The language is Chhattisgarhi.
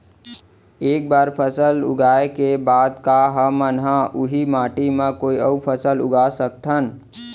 एक बार फसल उगाए के बाद का हमन ह, उही माटी मा कोई अऊ फसल उगा सकथन?